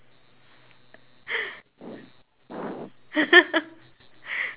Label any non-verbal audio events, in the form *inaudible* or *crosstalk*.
*laughs*